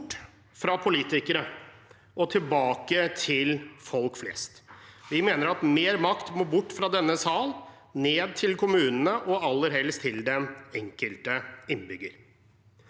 bort fra politikere og tilbake til folk flest. Vi mener at mer makt må bort fra denne sal og ned til kommunene, og aller helst til den enkelte innbygger.